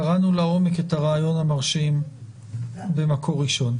קראנו לעומק את הריאיון המרשים במקור ראשון.